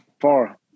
far